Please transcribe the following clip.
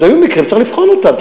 צריך לבחון אותם,